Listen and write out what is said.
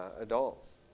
adults